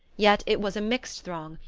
yet it was a mixed throng,